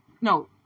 No